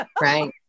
right